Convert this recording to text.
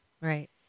Right